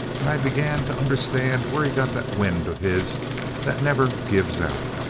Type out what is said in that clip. and i began to understand where he got that wind of his that never gives out.